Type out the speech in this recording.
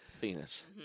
penis